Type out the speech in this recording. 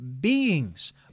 beings